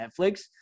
Netflix –